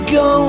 go